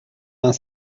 vingt